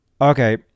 Okay